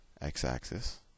x-axis